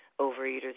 Overeaters